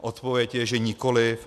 Odpověď je, že nikoli.